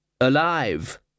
Alive